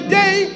day